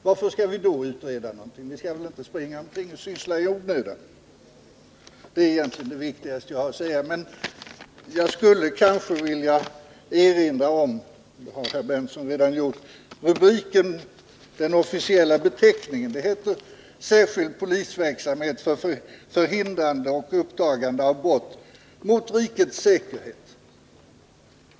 Varför skall vi då utreda någonting — vi skall väl inte göra saker och ting i onödan? Det är egentligen det viktigaste jag har att säga. Jag skulle vilja erinra om — det har f. ö. herr Berndtson redan gjort — den officiella beteckningen. Den är ”Särskild polisverksamhet för hindrande och uppdagande av brott mot rikets säkerhet”.